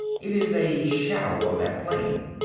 it is a shadow of that plane.